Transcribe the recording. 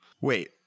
Wait